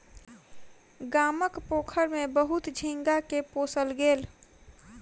गामक पोखैर में बहुत झींगा के पोसल गेल